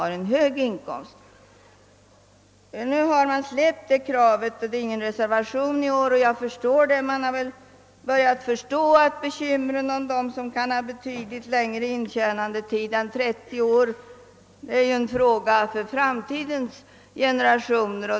Kravet på ändring härvidlag har man nu släppt; ingen reservation har på den punkten avgivits i år. Jag förstår det. Man har väl börjat inse att bekymren om dem som har betydligt längre intjänandetid än 30 år är en fråga för framtida generationer.